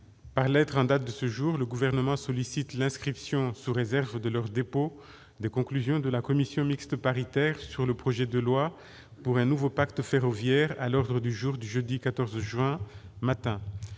par lettre en date de ce jour, le Gouvernement sollicite l'inscription, sous réserve de leur dépôt, des conclusions de la commission mixte paritaire sur le projet de loi pour un nouveau pacte ferroviaire à l'ordre du jour du jeudi 14 juin matin.